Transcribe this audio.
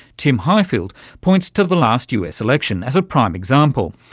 tim highfield points to the last us election as a prime example.